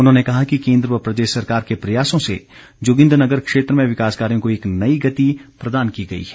उन्होंने कहा कि केन्द्र व प्रदेश सरकार के प्रयासों से जोगिन्द्रनगर क्षेत्र में विकास कार्यों को एक नई गति प्रदान की गई है